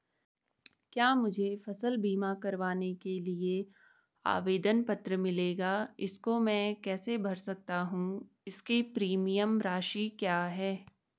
क्या मुझे फसल बीमा करवाने के लिए आवेदन पत्र मिलेगा इसको मैं कैसे भर सकता हूँ इसकी प्रीमियम राशि क्या है?